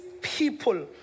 people